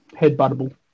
Headbuttable